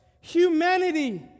humanity